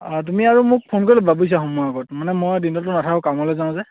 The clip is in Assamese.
অঁ তুমি আৰু মোক ফোন কৰি ল'বা বুইছা সোমোৱা আগত মানে মই দিনততো নাথাকো কামলৈ যাওঁ যে